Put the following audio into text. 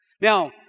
Now